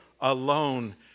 alone